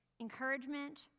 encouragement